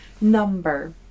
number